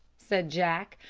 said jack.